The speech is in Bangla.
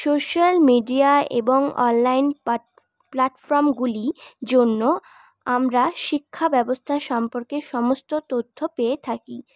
সোশ্যাল মিডিয়া এবং অনলাইন পাট প্ল্যাটফর্মগুলির জন্য আমরা শিক্ষাব্যবস্থা সম্পর্কে সমস্ত তথ্য পেয়ে থাকি